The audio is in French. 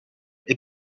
est